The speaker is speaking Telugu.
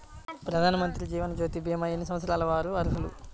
ప్రధానమంత్రి జీవనజ్యోతి భీమా ఎన్ని సంవత్సరాల వారు అర్హులు?